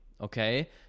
Okay